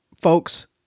folks